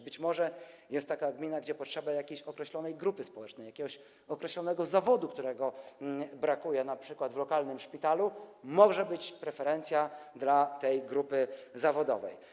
Być może jest taka gmina, w której potrzeba jakiejś określonej grupy społecznej, jakiegoś określonego zawodu, którego np. brakuje w lokalnym szpitalu - może być preferencja dla tej grupy zawodowej.